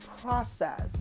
process